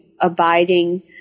abiding